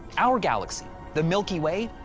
our galaxy, the milky way,